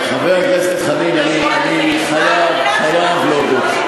חבר הכנסת חנין, אני חייב, חייב להודות.